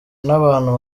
n’abantu